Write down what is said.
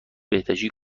بهداشتی